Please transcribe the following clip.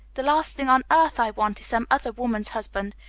the last thing on earth i want is some other woman's husband.